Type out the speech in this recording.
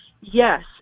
yes